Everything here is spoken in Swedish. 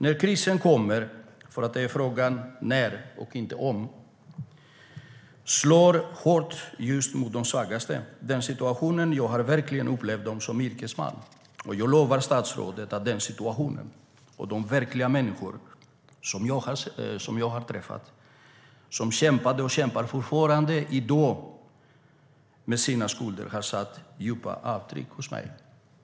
När krisen kommer - det handlar om när, inte om - slår den hårt mot de svagaste. Den situationen har jag verkligen upplevt som yrkesman, och jag lovar statsrådet att den situationen och de verkliga människor som jag träffat och som kämpat och fortfarande kämpar i dag med sina skulder har satt djupa spår hos mig.